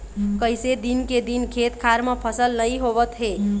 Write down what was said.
कइसे दिन के दिन खेत खार म फसल नइ होवत हे